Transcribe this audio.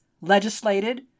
legislated